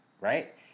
right